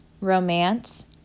romance